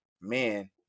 men